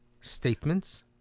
statements